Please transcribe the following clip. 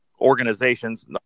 organizations